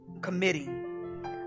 committing